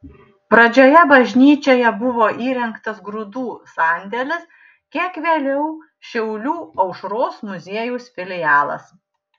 pradžioje bažnyčioje buvo įrengtas grūdų sandėlis kiek vėliau šiaulių aušros muziejaus filialas